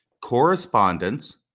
correspondence